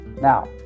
Now